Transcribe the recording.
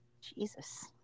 Jesus